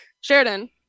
Sheridan